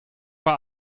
war